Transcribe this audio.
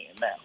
now